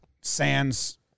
Sands